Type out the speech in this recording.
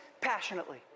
passionately